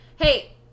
hey